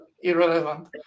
irrelevant